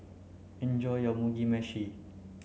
enjoy your Mugi meshi